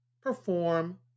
perform